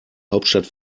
hauptstadt